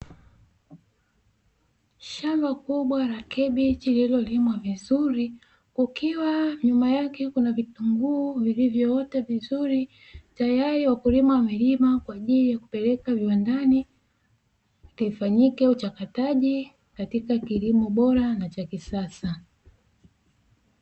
Shamba kubwa la kabichi lililolimwa vizuri, kukiwa nyuma yake kuna vitunguu vilivyowekwa vizuri, tayari wakulima wamelima kwa ajili ya kupeleka viwandani, kufanyike uchakataji katika kilimo bora na cha kisasa.